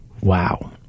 wow